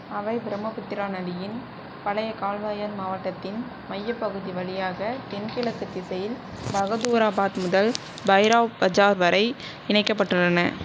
அவை பிரம்மபுத்திரா நதியின் பழைய கால்வாயால் மாவட்டத்தின் மையப்பகுதி வழியாக தென்கிழக்கு திசையில் பஹதூராபாத் முதல் பைராப் பஜார் வரை இணைக்கப்பட்டுள்ளன